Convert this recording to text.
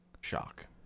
Shock